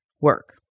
work